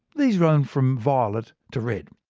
these run from violet to red.